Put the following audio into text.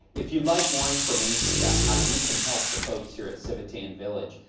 if you'd like more information about how you can help the folks here at civitan village,